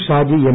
Shaji M